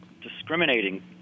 discriminating